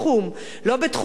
לא בתחום הדיור,